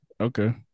Okay